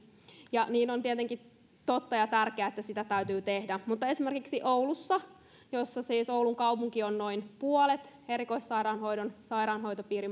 ja se on tietenkin tärkeää ja on totta että sitä täytyy tehdä esimerkiksi oulussa jossa siis oulun kaupunki on noin puolet sairaanhoitopiirin erikoissairaanhoidon